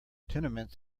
tenements